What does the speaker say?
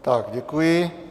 Tak děkuji.